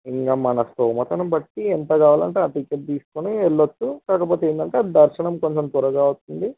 ఇంకా మన స్థోమతని బట్టి ఎంత కావాలి అంటే అంత టికెట్ తీసుకుని వెళ్ళచ్చు కాకపోతే ఏమి అంటే దర్శనం కొంచెం త్వరగా అవుతుంది